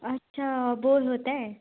अच्छा बोर होतं आहे